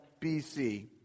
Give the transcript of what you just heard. BC